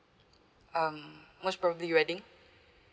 um most probably wedding